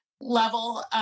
level